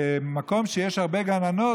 במקום שיש בו הרבה גננות,